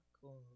cool